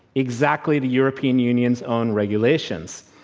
exactly the european union's own regulations.